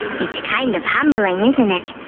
it's kind of humbling isn't it.